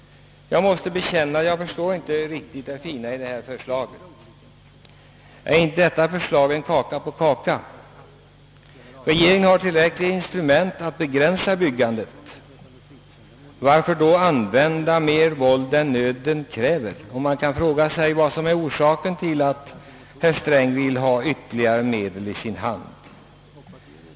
Jag måste bekänna att jag inte riktigt förstår det fina i detta förslag. Är inte detta förslag tårta på tårta? Regeringen har ju tillräckliga instrument att begränsa byggandet. Varför skall den då använda mer våld än nöden kräver? Vi kan fråga oss vad som är orsaken till att herr Sträng vill ha ytterligare medel i sin hand.